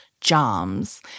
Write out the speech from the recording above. jams